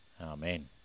Amen